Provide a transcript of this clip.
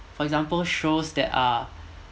for example shows that are